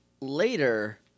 Later